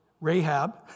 Rahab